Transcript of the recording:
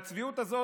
והצביעות הזאת,